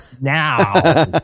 now